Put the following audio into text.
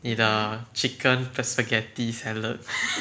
你的 chicken 跟 spaghetti salad